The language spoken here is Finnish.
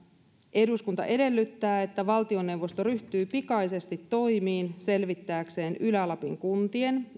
eduskunta edellyttää että valtioneuvosto ryhtyy pikaisesti toimiin selvittääkseen ylä lapin kuntien